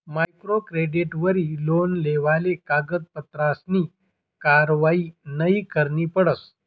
micro क्रेडिटवरी loan लेवाले कागदपत्रसनी कारवायी नयी करणी पडस